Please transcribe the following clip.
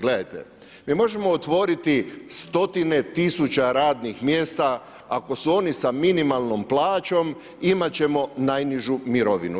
Gledajte, mi možemo otvoriti stotine tisuća radnih mjesta ako su oni s minimalnom plaćom, imati ćemo najnižu mirovinu.